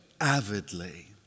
avidly